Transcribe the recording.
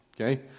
okay